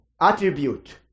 attribute